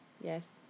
Yes